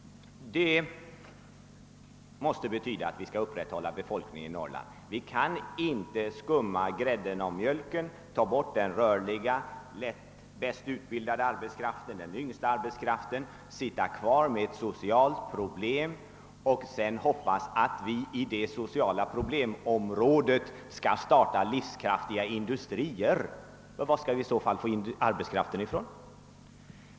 Det måste betyda att vi skall upprätthålla befolkningen i Norrland. Vi kan inte efter att ha skummat grädden av mjölken genom att flytta bort den rörliga, bäst utbildade och yngsta arbetskraften sitta kvar med ett socialt problem och hoppas att vi inom området skall kunna skapa livskraftiga industrier. Varifrån skall vi i så fall ta arbetskraften?